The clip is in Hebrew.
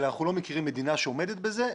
אבל אנחנו לא מכירים מדינה שעומדת בזה.